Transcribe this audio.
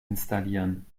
installieren